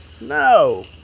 No